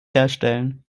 herstellen